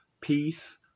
peace